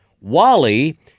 Wally